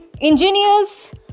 engineers